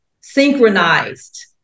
synchronized